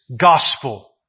gospel